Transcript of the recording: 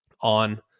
on